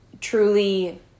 truly